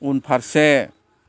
उनफारसे